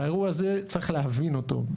באירוע הזה צריך להבין אותו.